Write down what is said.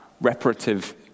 reparative